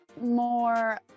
more